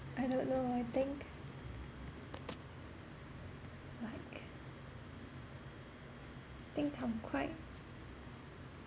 I don't know I think like think I'm quite